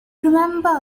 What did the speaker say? remember